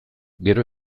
gero